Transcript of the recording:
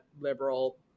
liberal